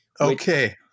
Okay